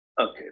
okay